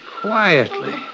quietly